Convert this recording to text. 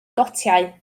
gotiau